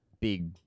big